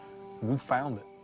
we found it.